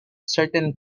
certain